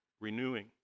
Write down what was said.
renewing